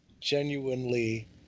genuinely